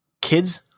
kids